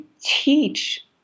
teach